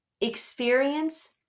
experience